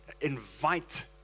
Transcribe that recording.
Invite